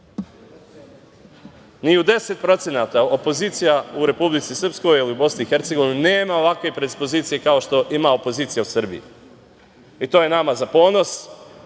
ni u 10% opozicija u Republici Srpskoj ili u BiH nema ovakve predispozicije kao što ima opozicija u Srbiji i to je nama za ponos.